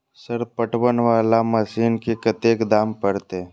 Sir पटवन वाला machine के कतेक दाम परतें?